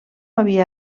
havia